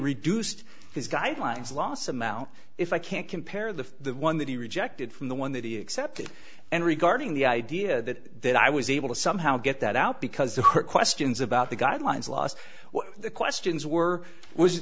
reduced these guidelines loss amount if i can't compare the one that he rejected from the one that he accepted and regarding the idea that i was able to somehow get that out because of her questions about the guidelines last what the questions were was